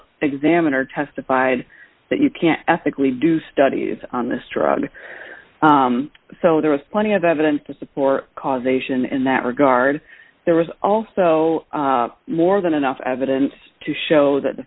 examiner testified that you can't ethically do studies on this drug so there was plenty of evidence to support causation in that regard there was also more than enough evidence to show that